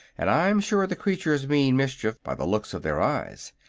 and i'm sure the creatures mean mischief, by the looks of their eyes.